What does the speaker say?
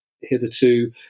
hitherto